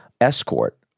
escort